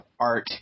art